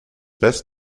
best